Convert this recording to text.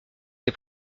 ses